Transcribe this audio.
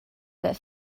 that